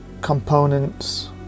components